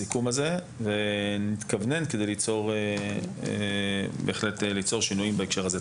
אנחנו נוציא את הסיכום הזה ונתכונן כדי ליצור שינויים בהקשר הזה.